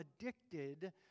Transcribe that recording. addicted